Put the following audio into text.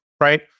right